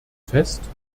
fest